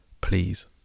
Please